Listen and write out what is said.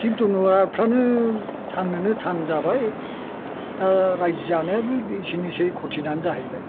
जिब जुनारफ्रानो थांनोनो थान जाबाय दा रायजो जानायाबो बिदिनोसै खथिनानो जाहैबाय